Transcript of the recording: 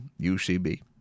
UCB